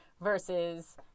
versus